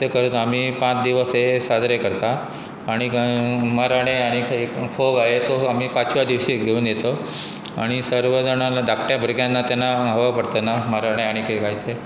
ते करत आमी पांच दिवस हे साजरे करतात आणी माराणें आनीय फोग तो आमी पांचव्या दिवशीक घेवन येतो आनी सर्व जाणा धाकट्या भुरग्यांना तेन्ना हवा पडतना म्हाराणें आनीय कांय तें